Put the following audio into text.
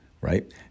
right